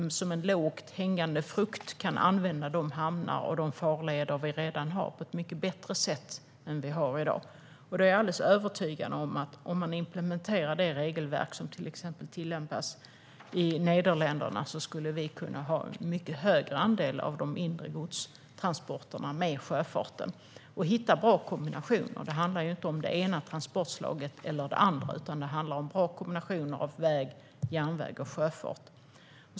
Som lågt hängande frukt kan man då använda de hamnar och farleder vi redan har på ett mycket bättre sätt än i dag. Jag är övertygad om att om vi implementerar det regelverk som till exempel tillämpas i Nederländerna skulle en mycket större andel av de inre godstransporterna kunna ske med sjöfart. Vi skulle kunna hitta bra kombinationer. Det handlar inte om det ena eller det andra transportslaget. Det handlar om bra kombinationer av väg, järnväg och sjöfart.